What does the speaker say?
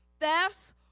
thefts